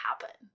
happen